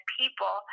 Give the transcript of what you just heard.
people